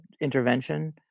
intervention